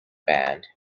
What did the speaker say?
band